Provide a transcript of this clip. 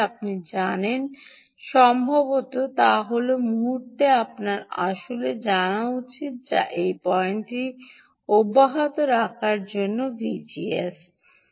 আপনি সম্ভবত যা জানেন না তা হল এই মুহুর্তে আপনার আসলে জানা উচিত যা এই পয়েন্টটি অব্যাহত রাখার জন্য ভিজিএস কী